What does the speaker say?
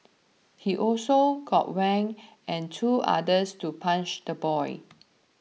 he also got Wang and two others to punch the boy